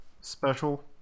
Special